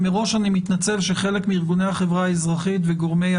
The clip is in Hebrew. מראש אני מתנצל שחלק מארגוני החברה האזרחית וגורמי